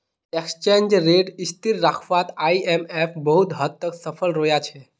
exchange rate स्थिर रखवात IMF बहुत हद तक सफल रोया छे